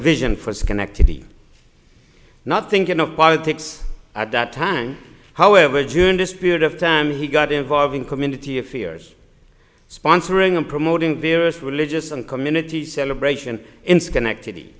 vision for schenectady not thinking of politics at that time however during this period of time he got involved in community affairs sponsoring and promoting various religious and community celebration in schenectady